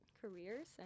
careers